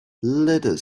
little